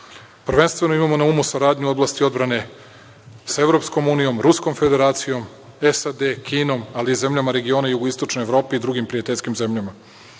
Srbije. Prvenstveno imamo na umu saradnju u oblasti odbrane sa EU, Ruskom Federacijom, SAD, Kinom, ali i zemljama regiona Jugoistočne Evrope i prijateljskim zemljama.